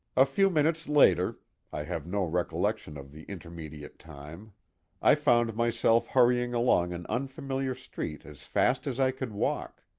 a few minutes later i have no recollection of the intermediate time i found myself hurrying along an unfamiliar street as fast as i could walk.